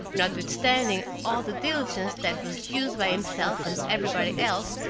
notwithstanding all the diligence that was used by himself and everybody else,